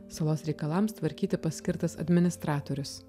salos reikalams tvarkyti paskirtas administratorius